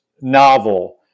novel